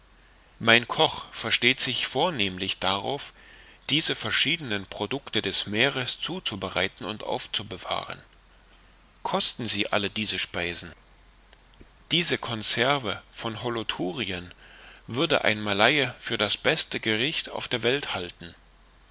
mein koch versteht sich vortrefflich darauf diese verschiedenen producte des meeres zuzubereiten und aufzubewahren kosten sie alle diese speisen diese conserve von holothurien würde ein malaie für das beste gericht auf der welt halten